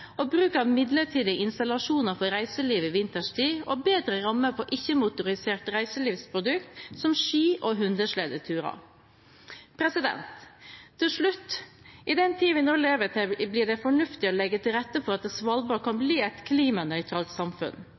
bruk av midlertidige installasjoner for reiselivet vinterstid og bedre rammer for ikke-motoriserte reiselivsprodukter som ski og hundesledeturer. Til slutt: I den tid vi nå lever i, blir det fornuftige å legge til rette for at Svalbard kan bli et klimanøytralt samfunn.